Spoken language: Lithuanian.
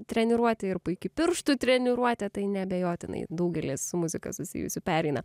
treniruotė ir puiki pirštų treniruotė tai neabejotinai daugelis su muzika susijusių pereina